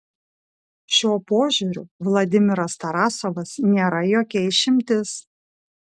šiuo požiūriu vladimiras tarasovas nėra jokia išimtis